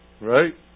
right